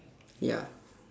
ya